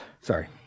sorry